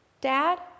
Dad